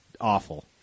awful